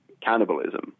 cannibalism